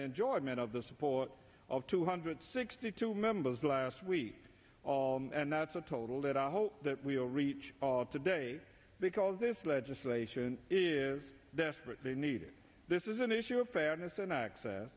enjoyment of the support of two hundred sixty two members last week and that's a total that i hope that we will reach today because this legislation is desperately needed this is an issue of fairness and access